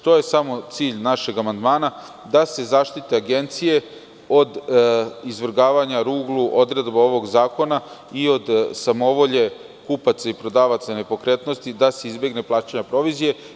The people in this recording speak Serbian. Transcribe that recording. To je samo cilj našeg amandmana, da se zaštite agencije od izvrgavanja ruglu odredbi ovog zakona i od samovolje kupaca i prodavaca nepokretnosti da se izbegne plaćanje provizije.